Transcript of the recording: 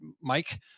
Mike